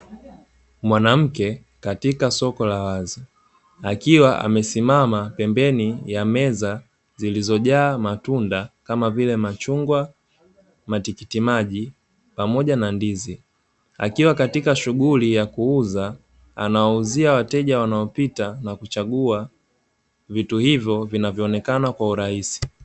Mwanamke katika soko la wazi akiwa amesimama pembeni ya meza zilizojaa matunda kama vile: machungwa, matikiti maji pamoja na ndizi. Akiwa katika shughuli ya kuuza, anawauzia wateja wanaopita na kuchagua vitu hivyo vinavyoonekana kwa urahisi.